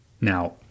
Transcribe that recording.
Now